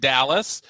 Dallas